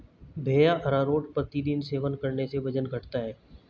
भैया अरारोट प्रतिदिन सेवन करने से वजन घटता है